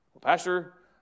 pastor